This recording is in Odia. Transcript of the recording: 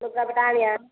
ଲୁଗାପଟା ଆଣିବା